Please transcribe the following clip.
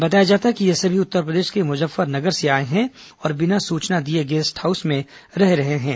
बताया जाता है कि ये सभी उत्तरप्रदेश के मुजफ्फर नगर से आए हैं और बिना सूचना दिए गेस्ट हाउस में रह रहे थे